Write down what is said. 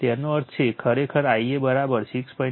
તેનો અર્થ છે ખરેખર Ia 6